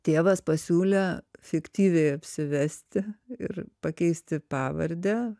tėvas pasiūlė fiktyviai apsivesti ir pakeisti pavardę